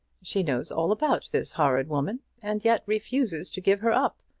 she knows all about this horrid woman, and yet refuses to give her up!